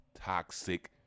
toxic